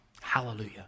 Hallelujah